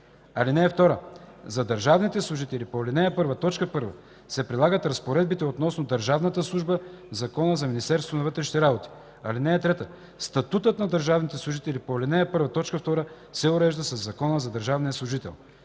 (2) За държавните служители по ал. 1, т. 1 се прилагат разпоредбите относно държавната служба в Закона за Министерството на вътрешните работи. (3) Статутът на държавните служители по ал. 1, т. 2 се урежда със Закона за държавния служител.